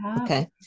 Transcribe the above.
Okay